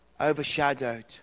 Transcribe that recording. overshadowed